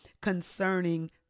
concerning